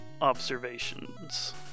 observations